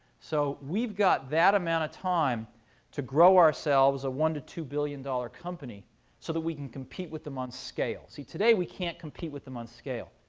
so we've got that amount of time to grow ourselves a one dollars to two billion dollars company so that we can compete with them on scale. see, today we can't compete with them on scale.